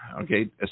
Okay